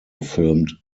filmed